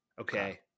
Okay